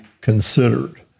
considered